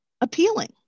appealing